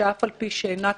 שאף על פי שאינה כאן,